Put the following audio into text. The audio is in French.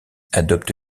adopte